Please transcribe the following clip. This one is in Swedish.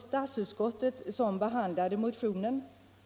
Statsutskottet, som behandlade motionen,